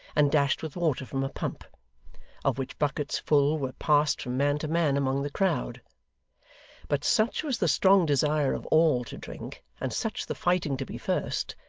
and dashed with water from a pump of which buckets full were passed from man to man among the crowd but such was the strong desire of all to drink, and such the fighting to be first,